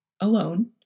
alone